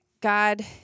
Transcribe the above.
God